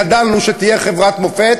גדלנו על כך שתהיה כאן חברת מופת,